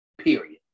Period